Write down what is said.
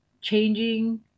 changing